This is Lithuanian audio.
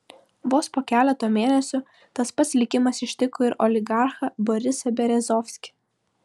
vos po keleto mėnesių tas pats likimas ištiko ir oligarchą borisą berezovskį